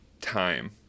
time